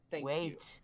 Wait